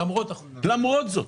למרות זאת.